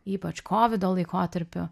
ypač kovido laikotarpiu